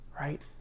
right